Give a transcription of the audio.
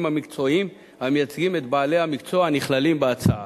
המקצועיים המייצגים את בעלי המקצוע הנכללים בהצעה.